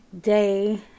day